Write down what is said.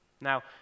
Now